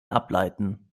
ableiten